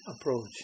approach